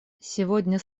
сегодня